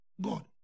God